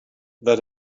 that